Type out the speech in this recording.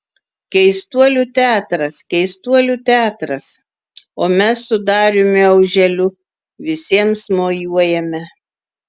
keistuolių teatras keistuolių teatras o mes su dariumi auželiu visiems mojuojame